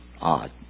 Odd